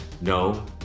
no